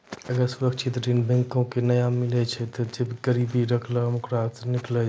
अगर सुरक्षित ऋण बैंको के नाय मिलै छै तै बैंक जे गिरबी रखलो ओकरा सं निकली जाय छै